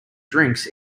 drinks